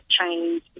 change